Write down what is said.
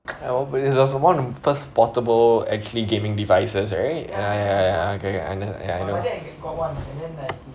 I but it's one of first portable actually gaming devices right ya ya ya okay under~ ya I know